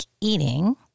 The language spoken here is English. eating